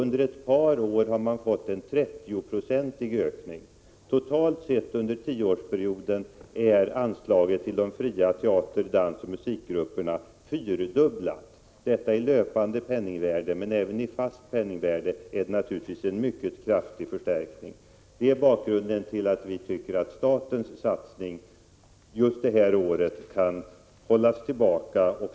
Under ett par år har de fått en mer än 30-procentig ökning. Totalt sett under tioårsperioden har anslaget till de fria teater-, dansoch musikgrupperna fyrfaldigats i löpande penningvärde. Men även i fast penningvärde har det naturligtvis skett en mycket kraftig förstärkning. Det är bakgrunden till att vi anser att statens satsning just i år kan hållas tillbaka.